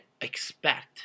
expect